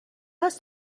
هست